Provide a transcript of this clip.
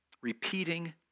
repeating